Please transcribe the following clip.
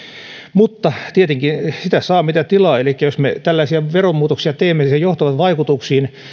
mutta tietenkin sitä saa mitä tilaa elikkä jos me tällaisia veromuutoksia teemme ne johtavat vaikutuksiin